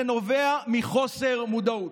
זה נובע מחוסר מודעות.